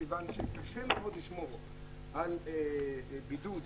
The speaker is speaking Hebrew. מכיוון שקשה מאוד לשמור על בידוד,